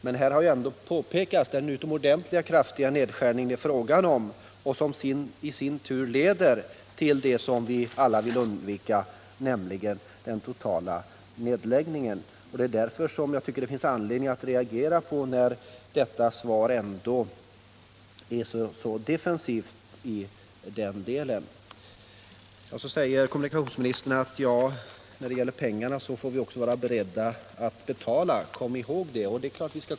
Men här har påpekats vilken utomordentligt kraftig nedskärning som det gäller och som i sin tur leder till vad vi alla vill undvika, nämligen den totala nedläggningen. Det är därför som jag tycker att det finns anledning att reagera när svaret är så defensivt. Så säger kommunikationsministern att när det gäller pengarna får vi också vara beredda att betala — kom ihåg det!